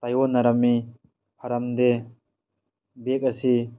ꯇꯥꯏꯑꯣꯟꯅꯔꯝꯃꯤ ꯐꯔꯝꯗꯦ ꯕꯦꯛ ꯑꯁꯤ